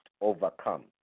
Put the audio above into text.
overcome